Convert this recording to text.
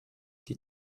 die